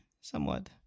Somewhat